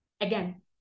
again